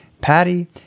Patty